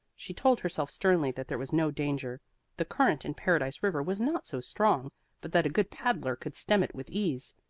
she told herself sternly that there was no danger the current in paradise river was not so strong but that a good paddler could stem it with ease.